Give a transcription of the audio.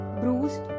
bruised